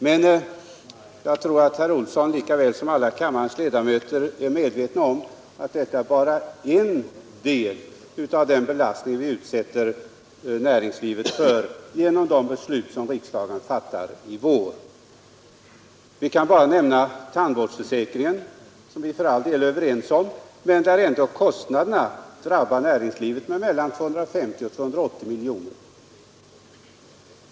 Men jag tror att herr Olsson lika väl som alla andra ledamöter av kammaren är medvetna om att detta bara är en del av den belastning vi utsätter näringslivet för genom de beslut riksdagen fattar i vår. Låt mig bara nämna tandvårdsförsäkringen, som vi för all del är överens om men vars kostnader ändå drabbar näringslivet med mellan 250 och 280 miljoner kronor.